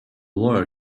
lawyer